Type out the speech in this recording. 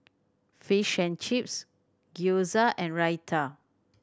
Fish and Chips Gyoza and Raita